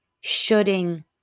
shooting